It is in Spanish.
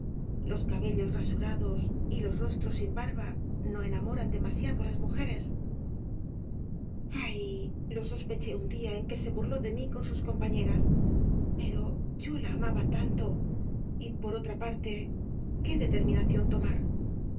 los cabellos rasurados y los rostros sin barba no enamoran demasiado á las mujeres ay lo sospeché un día en que se burló de mí con sus compañeras pero yo la amaba tanto y por otra parte qué determinación tomar